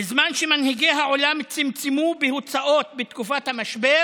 בזמן שמנהיגי העולם צמצמו בהוצאות בתקופת המשבר"